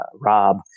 rob